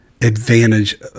advantage